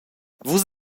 vus